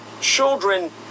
children